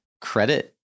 credit